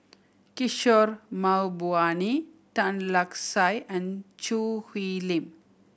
Kishore Mahbubani Tan Lark Sye and Choo Hwee Lim